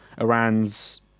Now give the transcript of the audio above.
Iran's